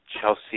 Chelsea